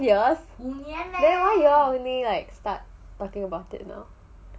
for five years and then why you all only like start talking about it now